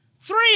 Three